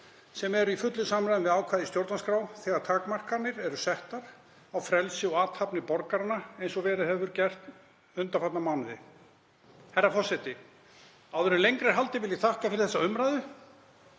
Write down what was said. sem eru í fullu samræmi við ákvæði í stjórnarskrá þegar takmarkanir eru settar á frelsi og athafnir borgaranna, eins og gert hefur verið undanfarna mánuði. Herra forseti. Áður en lengra er haldið vil ég þakka fyrir þessa umræðu.